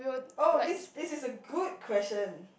oh this this is a good question